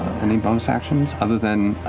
any bonus actions other than.